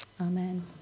amen